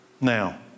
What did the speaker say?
Now